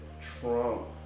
Trump